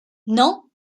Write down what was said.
non